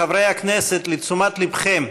חברי הכנסת, לתשומת ליבכם,